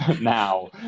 now